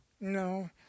No